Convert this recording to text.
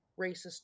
racist